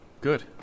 Good